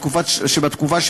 תבחן אותי.